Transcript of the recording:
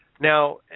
Now